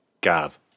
Gav